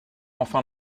enfin